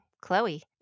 Chloe